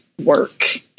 work